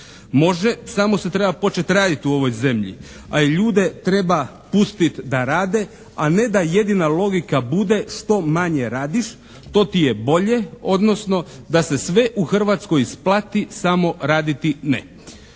Može, samo se treba početi raditi u ovoj zemlji, a i ljude treba pustiti da rade, a ne da jedina logika bude što manje radiš to ti je bolje, odnosno da se sve u Hrvatskoj isplati samo raditi ne.